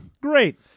Great